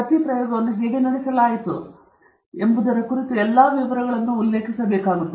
ಆದ್ದರಿಂದ ಪ್ರತಿ ಪ್ರಯೋಗವನ್ನು ಹೇಗೆ ನಡೆಸಲಾಯಿತು ಎಂಬುದರ ಕುರಿತು ಎಲ್ಲಾ ವಿವರಗಳನ್ನು ಇಲ್ಲಿ ಉಲ್ಲೇಖಿಸಲಾಗಿದೆ